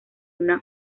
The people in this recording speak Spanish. una